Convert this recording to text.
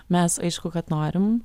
mes aišku kad norim